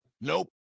Nope